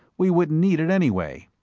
we wouldn't need it anyway.